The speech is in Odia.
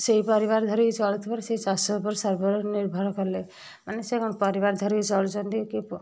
ସେଇ ପରିବାର ଧରିକି ଚଳୁଥିବାରୁ ସେଇ ଚାଷ ଉପରେ ସବୁବେଳେ ନିର୍ଭର କଲେ ମାନେ ସେ କ'ଣ ପରିବାର ଧରିକି ଚଳୁଛନ୍ତି କି